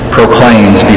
proclaims